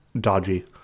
dodgy